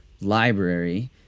library